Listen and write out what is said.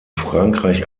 frankreich